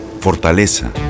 fortaleza